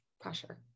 pressure